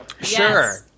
Sure